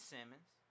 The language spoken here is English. Simmons